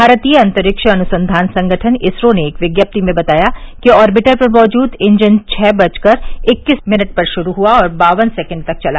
भारतीय अंतरिक्ष अनुसंधान संगठन इसरो ने एक विज्ञप्ति में बताया कि आर्विटर पर मौजूद इंजन छह बजकर इक्कीस मिनट पर शुरू हुआ और बावन सैकंड तक चला